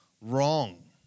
wrong